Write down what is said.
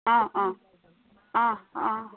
অঁ অঁ অঁ অঁ